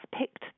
picked